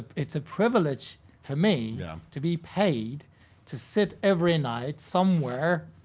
it's a privilege for me to be paid to sit every night, somewhere,